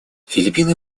филиппины